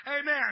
Amen